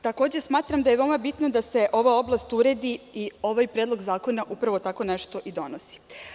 Takođe smatram da je veoma bitno da se ova oblast uredi i ovaj predlog zakona upravo tako nešto i donosi.